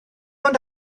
ond